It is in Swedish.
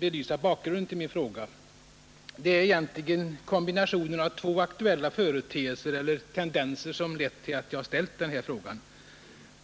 belysa bakgrunden till min fråga. Det är egentligen kombinationen av två aktuella företeelser eller tendenser som lett till att jag ställt den här frågan.